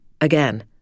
again